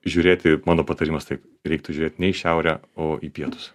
žiūrėti mano patarimas taip reiktų žiūrėt ne į šiaurę o į pietus